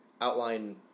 outline